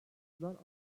aylardır